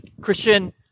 Christian